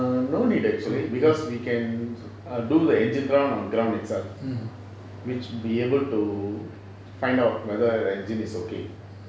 no need actually because we can err do the engine on ground itself which we'll be able to find out whether the engine is okay